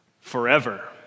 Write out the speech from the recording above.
forever